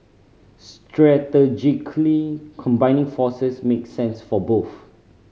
strategically combining forces makes sense for both